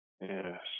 Yes